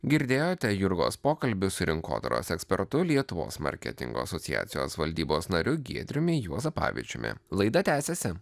girdėjote jurgos pokalbio su rinkodaros ekspertu lietuvos marketingo asociacijos valdybos nariu giedriumi juozapavičiumi laida tęsiasi